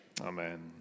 Amen